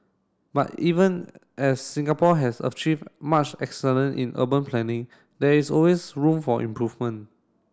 but even as Singapore has achieved much excellent in urban planning there is always room for improvement